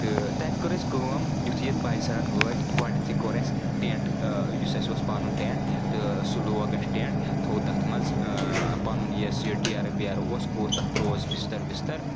تہٕ تتہِ کٔر اسہِ کٲم یِتھُے أسۍ باے سَرن وٲتۍ گۄڈنٮ۪تھٕے کوٚر اسہِ ٹیٚنٹ یُس اسہِ اوس پَنُن ٹیٚنٹ تہٕ سُہ لوگ اسہِ ٹیٚنٹ تھوٚو تتھ منٛز پَنُن یہِ اسہِ یہِ ڈیرٕ ویرٕ اوس کوٚر تتھ ترٛوو اسہِ بستر وِستر